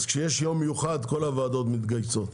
אז כשיש יום מיוחד כל הוועדות מתגייסות.